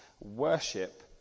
worship